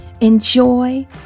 Enjoy